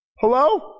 Hello